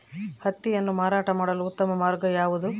ಹತ್ತಿಯನ್ನು ಮಾರಾಟ ಮಾಡಲು ಉತ್ತಮ ಮಾರ್ಗ ಯಾವುದು?